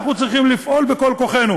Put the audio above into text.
אנחנו צריכים לפעול בכל כוחנו,